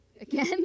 again